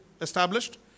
established